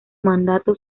mandato